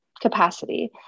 Capacity